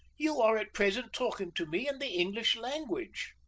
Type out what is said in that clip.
you are at present talking to me in the english language.